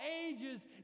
ages